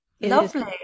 lovely